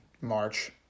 March